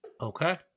Okay